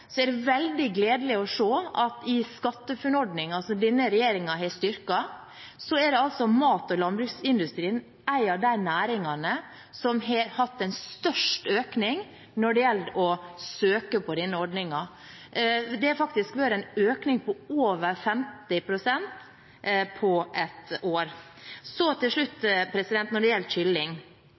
er det veldig gledelig å se at mat- og landbruksindustrien er en av de næringene som har hatt størst økning når det gjelder å søke på SkatteFUNN-ordningen, som denne regjeringen har styrket. Det har vært en økning på over 50 pst. på ett år. Så til slutt når det gjelder kylling: